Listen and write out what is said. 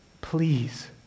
Please